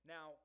Now